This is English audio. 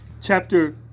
chapter